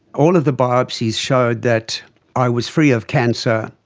all of the biopsies showed that i was free of cancer,